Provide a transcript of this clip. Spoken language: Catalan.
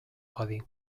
codi